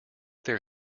their